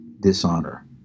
dishonor